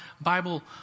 Bible